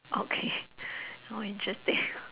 okay oh interesting